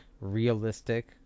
realistic